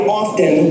often